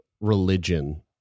religion